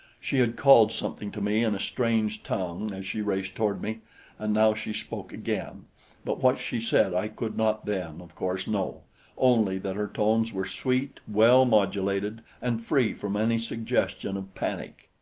she had called something to me in a strange tongue as she raced toward me and now she spoke again but what she said i could not then, of course, know only that her tones were sweet, well modulated and free from any suggestion of panic.